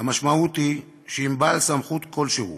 המשמעות היא שאם בעל סמכות כלשהו